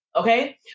okay